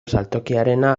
saltokiarena